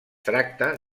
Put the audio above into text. tracta